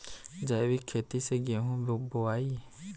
जैविक खेती से गेहूँ बोवाई